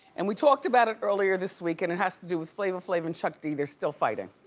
and we talked about it earlier this weekend. it has to do with flavor flav and chuck d. they're still fighting.